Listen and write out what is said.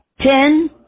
ten